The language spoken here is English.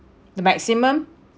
the maximum